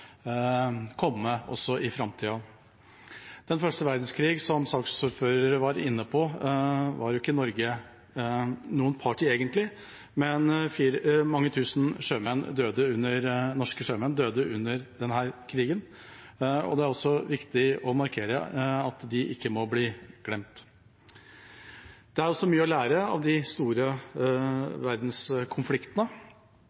også i framtida. Den første verdenskrigen, som saksordføreren var inne på, var jo ikke Norge noen part i egentlig, men mange tusen norske sjømenn døde under denne krigen, og det er viktig å markere at de ikke må bli glemt. Det er også mye å lære av de store